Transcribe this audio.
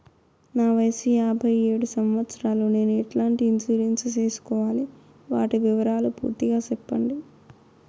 నా వయస్సు యాభై ఏడు సంవత్సరాలు నేను ఎట్లాంటి ఇన్సూరెన్సు సేసుకోవాలి? వాటి వివరాలు పూర్తి గా సెప్పండి?